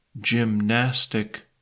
gymnastic